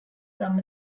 from